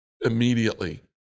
Immediately